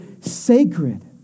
sacred